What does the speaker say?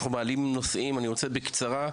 אנחנו מעלים נושאים אני רוצה בקצרה,